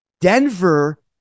Denver